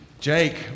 Jake